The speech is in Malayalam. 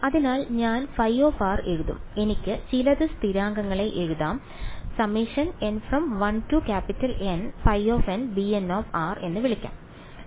അതിനാൽ ഞാൻ ϕ എഴുതും എനിക്ക് ചിലത് സ്ഥിരാങ്കങ്ങളെ എഴുതാം എന്ന് വിളിക്കാം